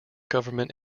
government